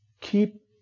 Keep